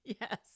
Yes